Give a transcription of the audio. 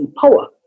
Power